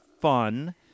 fun